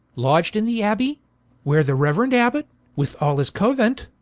lodg'd in the abbey where the reuerend abbot with all his couent,